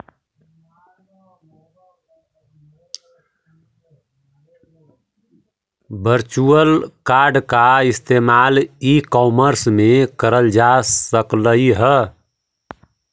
virtual card का इस्तेमाल e commerce में करल जा सकलई हे